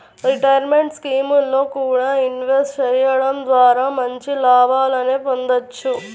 retirement స్కీముల్లో కూడా invest చెయ్యడం ద్వారా మంచి లాభాలనే పొందొచ్చు